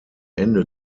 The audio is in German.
ende